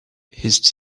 his